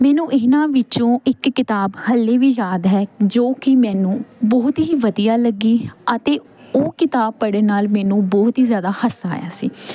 ਮੈਨੂੰ ਇਹਨਾਂ ਵਿੱਚੋਂ ਇੱਕ ਕਿਤਾਬ ਹਾਲੇ ਵੀ ਯਾਦ ਹੈ ਜੋ ਕਿ ਮੈਨੂੰ ਬਹੁਤ ਹੀ ਵਧੀਆ ਲੱਗੀ ਅਤੇ ਉਹ ਕਿਤਾਬ ਪੜ੍ਹਨ ਨਾਲ ਮੈਨੂੰ ਬਹੁਤ ਹੀ ਜ਼ਿਆਦਾ ਹਾਸਾ ਆਇਆ ਸੀ